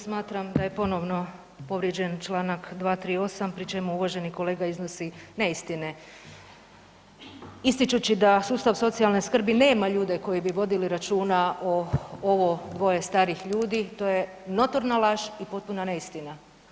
Smatram da je ponovno povrijeđen čl. 238. pri čemu uvaženi kolega iznosi neistine, ističući da sustav socijalne skrbi nema ljude koji bi vodili računa o ovo dvoje starih ljudi, to je notorna laž i potpuna neistina.